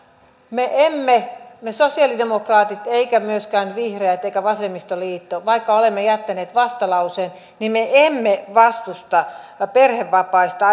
me emme me sosialidemokraatit eivätkä myöskään vihreät eikä vasemmistoliitto vaikka olemme jättäneet vastalauseen vastusta perhevapaista